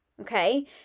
okay